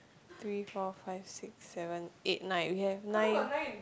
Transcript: three four five six seven eight nine we have nine